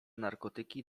narkotyki